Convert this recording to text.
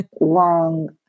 long